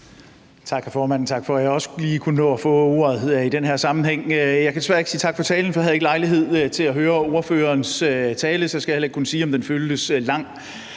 Tak, hr. formand, for at jeg også lige kunne nå at få ordet i den her sammenhæng. Jeg kan desværre ikke sige tak for talen, for jeg havde ikke lejlighed til at høre ordførerens tale, så jeg skal heller ikke kunne sige, om den føltes lang.